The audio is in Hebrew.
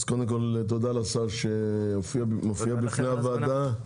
אז קודם כול תודה לשר שמופיע בפני הוועדה.